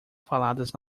faladas